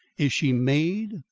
is she maid,